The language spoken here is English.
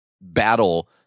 battle